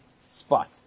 spot